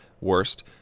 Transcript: worst